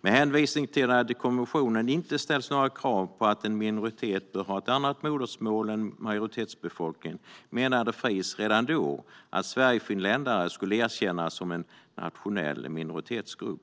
Med hänvisning till att det i konventionen inte ställs några krav på att en minoritet bör ha ett annat modersmål än majoritetsbefolkningen menade Fris redan då att sverigefinländare skulle erkännas som en nationell minoritetsgrupp.